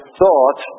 thought